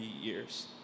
years